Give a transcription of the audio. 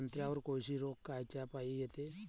संत्र्यावर कोळशी रोग कायच्यापाई येते?